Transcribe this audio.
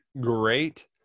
great